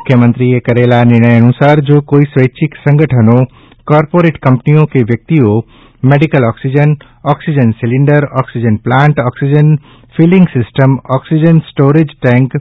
મુખ્યમંત્રીશ્રીએ કરેલા આ નિર્ણય અનુસાર જો કોઇ સ્વૈચ્છિક સંગઠનો કોર્પોરેટ કંપનીઓ કે વ્યક્તિઓ medical oxygen oxygen cylinder oxygen plant oxygen filling system oxygen storage tank